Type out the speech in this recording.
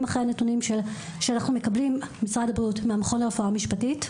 אחרי הנתונים שאנחנו מקבלים מהמכון לרפואה משפטית,